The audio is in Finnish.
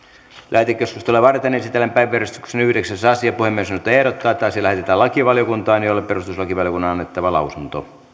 lähetekeskustelua varten esitellään päiväjärjestyksen yhdeksäs asia puhemiesneuvosto ehdottaa että asia lähetetään lakivaliokuntaan jolle perustuslakivaliokunnan on annettava lausunto